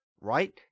Right